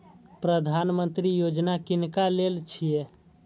प्रधानमंत्री यौजना किनका लेल छिए?